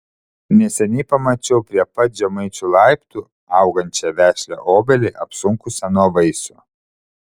neseniai pamačiau prie pat žemaičių laiptų augančią vešlią obelį apsunkusią nuo vaisių